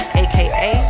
aka